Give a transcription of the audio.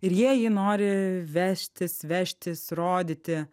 ir jie jį nori vežtis vežtis rodyti